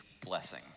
blessing